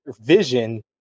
vision